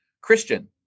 Christian